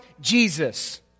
Jesus